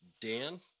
Dan